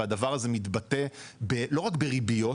והדבר הזה מתבטא לא רק בריביות,